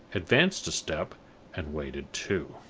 advanced a step and waited, too.